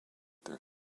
their